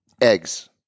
eggs